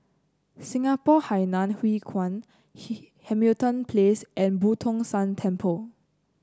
Singapore Hainan Hwee Kuan Hamilton Place and Boo Tong San Temple